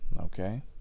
Okay